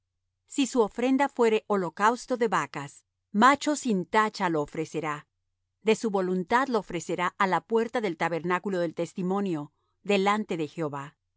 si su ofrenda fuere holocausto de vacas macho sin tacha lo ofrecerá de su voluntad lo ofrecerá á la puerta del tabernáculo del testimonio delante de jehová